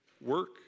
Work